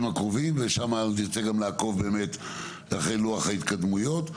הקרובים ושם נעקוב אחרי לוח ההתקדמויות.